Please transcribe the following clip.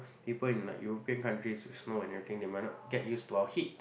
people in like European countries with snow and everything may not get used to our heat